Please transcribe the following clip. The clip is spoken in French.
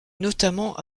notamment